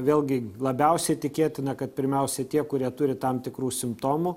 vėlgi labiausiai tikėtina kad pirmiausia tie kurie turi tam tikrų simptomų